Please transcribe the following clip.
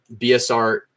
BSR